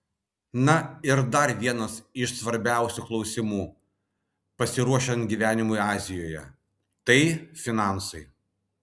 na ir dar vienas iš svarbiausių klausimų pasiruošiant gyvenimui azijoje tai finansai